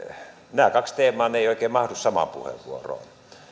nämä kaksi teemaa eivät oikein mahdu samaan puheenvuoroon